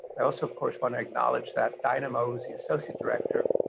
i also of course, want to acknowledge that dynamos, the associate director,